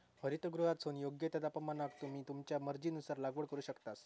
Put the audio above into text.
हरितगृहातसून योग्य त्या तापमानाक तुम्ही तुमच्या मर्जीनुसार लागवड करू शकतास